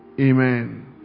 Amen